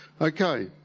Okay